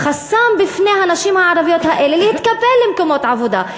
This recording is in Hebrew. החסם בפני הנשים הערביות האלה להתקבל למקומות עבודה.